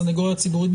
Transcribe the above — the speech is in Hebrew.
הסניגוריה הציבורית,